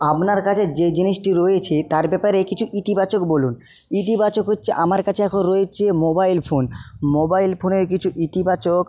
আপনার কাছে যে জিনিসটি রয়েছে তার ব্যাপারে কিছু ইতিবাচক বলুন ইতিবাচক হচ্ছে আমার কাছে এখন রয়েছে মোবাইল ফোন মোবাইল ফোনের কিছু ইতিবাচক